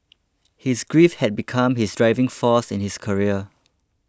his grief had become his driving force in his career